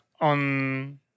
on